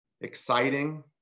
exciting